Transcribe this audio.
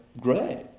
great